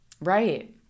right